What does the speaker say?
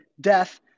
death